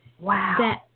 Wow